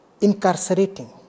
incarcerating